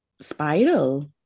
spiral